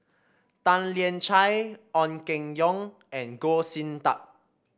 Tan Lian Chye Ong Keng Yong and Goh Sin Tub